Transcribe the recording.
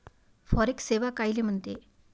Forex सेवा कायले म्हनते?